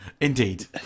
indeed